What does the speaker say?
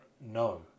no